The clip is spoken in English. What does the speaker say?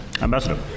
Ambassador